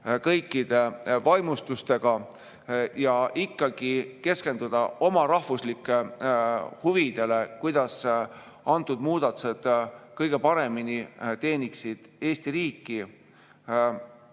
kõikide vaimustustega ning ikkagi keskenduda oma rahvuslikele huvidele ja sellele, kuidas need muudatused kõige paremini teeniksid Eesti riiki.